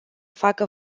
facă